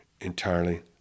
entirely